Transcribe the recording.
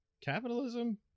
capitalism